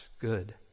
good